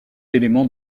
élément